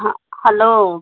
hello